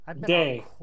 day